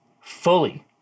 fully